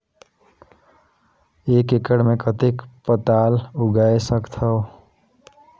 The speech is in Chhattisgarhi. एक एकड़ मे कतेक पताल उगाय सकथव?